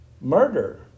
murder